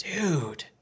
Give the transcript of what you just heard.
Dude